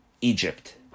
Egypt